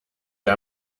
der